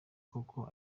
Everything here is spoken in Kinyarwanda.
koko